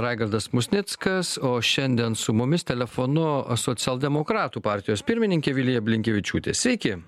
raigardas musnickas o šiandien su mumis telefonu socialdemokratų partijos pirmininkė vilija blinkevičiūtė sveiki